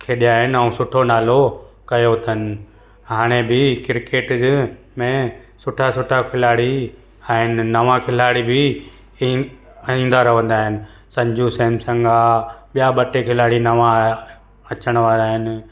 खेॾिया आहिनि ऐं सुठो नालो कयो अथनि हाणे बि क्रिकेट में सुठा सुठा खिलाड़ी आहिनि नवां खिलाड़ी बि ईन अईंदा रहंदा आहिनि संजू सैमसंग आहे ॿिया ॿ टे खिलाड़ी नवां आया अचण वारा आहिनि